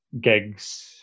gigs